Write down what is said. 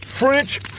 French